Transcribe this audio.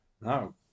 no